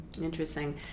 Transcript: Interesting